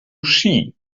ski